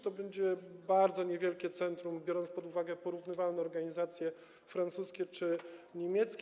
To będzie bardzo niewielkie centrum, biorąc pod uwagę porównywalne organizacje francuskie czy niemieckie.